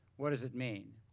what does it mean?